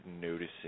noticing